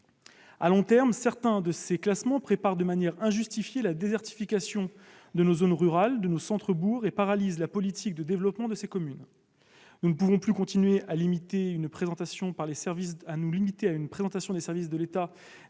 À long terme, certains de ces classements préparent de manière injustifiée la désertification de nos zones rurales, de nos centres-bourgs, et paralysent la politique de développement de ces communes. Nous ne pouvons plus continuer de nous limiter à une présentation par les services de l'État des